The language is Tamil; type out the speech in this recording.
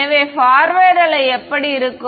எனவே பார்வேர்ட் அலை எப்படி இருக்கும்